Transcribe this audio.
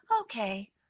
okay